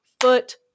foot